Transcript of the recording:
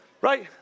right